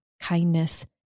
kindness